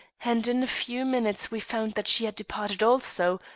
and in a few minutes we found that she had departed also,